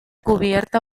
cubierta